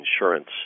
insurance